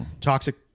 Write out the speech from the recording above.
toxic